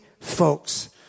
folks